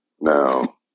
Now